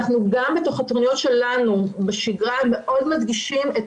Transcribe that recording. בתוך התוכניות שלנו בשגרה אנחנו גם מאוד מדגישים את